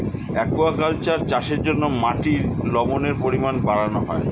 aquaculture চাষের জন্য মাটির লবণের পরিমাণ বাড়ানো হয়